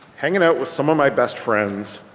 hanging out with some of my best friends.